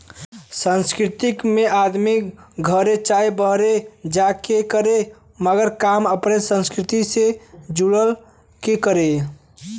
सांस्कृतिक में आदमी घरे चाहे बाहरे जा के करे मगर काम अपने संस्कृति से जुड़ के करे